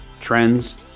trends